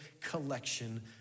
collection